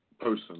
person